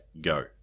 Go